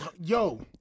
Yo